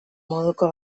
moduko